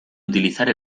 utilizar